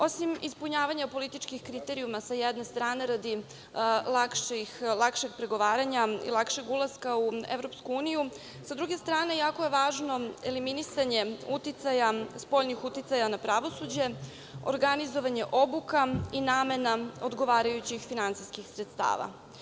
Osim ispunjavanja političkih kriterijuma, sa jedne strane, radi lakšeg pregovaranja i lakšeg ulaska u EU, sa druge strane, jako je važno eliminisanje uticaja, spoljnih uticaja na pravosuđe, organizovanje obuka i namena odgovarajućih finansijskih sredstava.